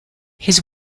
his